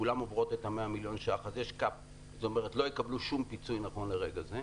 כולן עוברות את ה-100 מיליון שקלים לא יקבלו שום פיצוי נכון לרגע זה.